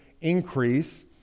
increase